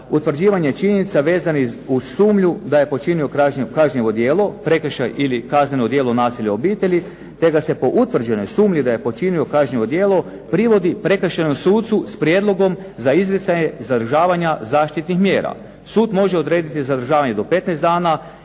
utvrđivanje činjenica vezanih uz sumnju da je počinio kažnjivo djelo, prekršaj ili kazneno djelo nasilja u obitelji te ga se po utvrđenoj sumnji da je počinio kazneno djelo privodi prekršajnom sudu s prijedlogom za izricanje zadržavanja zaštitnih mjera. Sud može odrediti zadržavanje do 15 dana